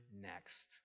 next